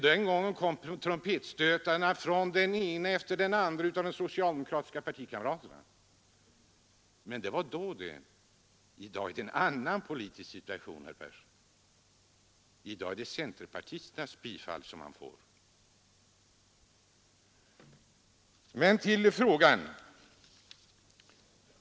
Den gången kom trumpetstötarna från den ena efter den andre av de socialdemokratiska partikamraterna, men det var då det. I dag råder en annan politisk situation, herr Persson. I dag är det centerpartisternas bifall som man får. Men till saken.